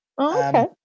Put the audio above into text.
okay